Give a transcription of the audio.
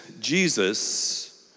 Jesus